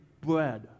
bread